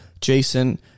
Jason